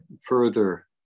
further